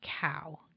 cow